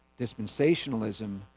dispensationalism